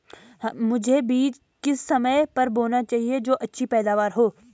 मुझे बीज किस समय पर बोना चाहिए जो अच्छी पैदावार हो?